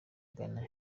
ghana